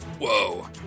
Whoa